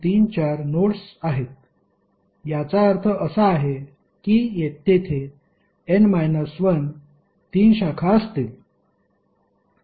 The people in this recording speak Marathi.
तर आपल्याकडे 1234 नोड्स आहेत याचा अर्थ असा आहे की तेथे n - 1 तीन शाखा असतील